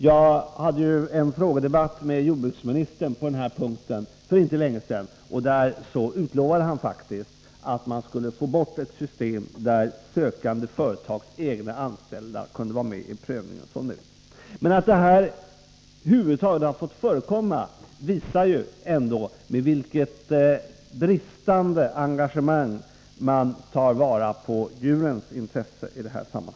Jag hade ju en frågedebatt med jordbruksministern om detta för inte så länge sedan, och då utlovade han faktiskt att man skulle ta bort detta system där sökande företags egna anställda kan vara med i prövningen, som nu. Men att detta över huvud taget har fått förekomma visar ändå med vilket bristande engagemang som man tar vara på djurens intressen.